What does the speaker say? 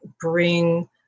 bring